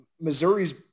Missouri's